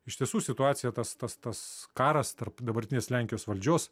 iš tiesų situaciją tas tas tas karas tarp dabartinės lenkijos valdžios